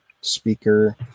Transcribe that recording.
speaker